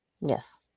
Yes